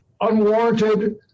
unwarranted